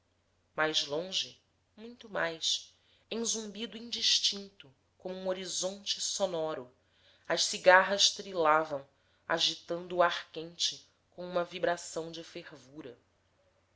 mais longe muito mais em zumbido indistinto como um horizonte sonoro as cigarras trilavam agitando o ar quente com uma vibração de fervura